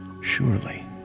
Surely